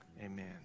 amen